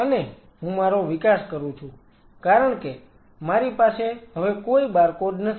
અને હું મારો વિકાસ કરું છું કારણ કે મારી પાસે હવે કોઈ બારકોડ નથી